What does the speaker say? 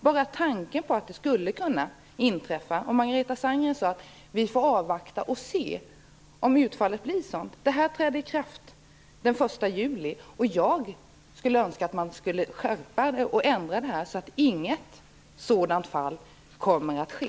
Bara tanken på att detta skulle kunna inträffa! Margareta Sandgren att vi måste avvakta och se hur utfallet blir. Denna lagändring träder i kraft den 1 juli. Jag önskar att det sker en ändring så att ett fall av detta slag inte kan ske.